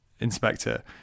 inspector